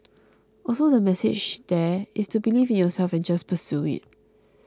also the message there is to believe in yourself and just pursue it